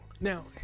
Now